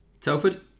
Telford